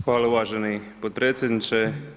Hvala uvaženi potpredsjedniče.